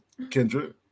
Kendra